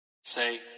Say